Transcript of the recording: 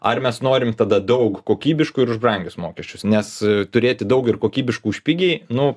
ar mes norim tada daug kokybiškų ir už brangius mokesčius nes turėti daug ir kokybiškų už pigiai nu